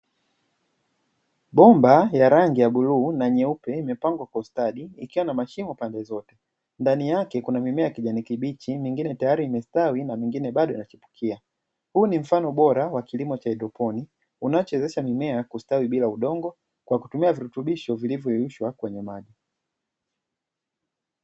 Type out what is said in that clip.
Bomba ya rangi ya bluu na nyeupe, imepangwa kwa ustadi ikiwa na mashimo pande zote, ndani yake kuna mimea ya kijani kibichi, mingine tayari imestawi na mingine bado inachipukia. Huu ni mfano wa bora wa kilimo cha haidroponi, unaowezesha mimea kustawi bila udongo, kwa kutumia virutubisho vilivyoyeyushwa kwenye maji.